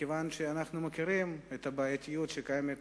מכיוון שאנחנו מכירים את הבעייתיות שקיימת